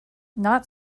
not